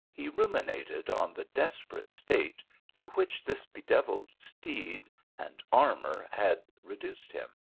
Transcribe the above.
he ruminated on the desperate state to which this bedeviled steed and armour had reduced him.